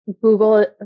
Google